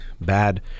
bad